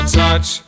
touch